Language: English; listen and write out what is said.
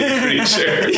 creature